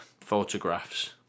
photographs